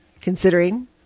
considering